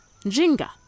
Jinga